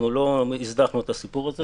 לא הזנחנו את הנושא הזה.